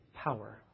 power